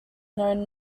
known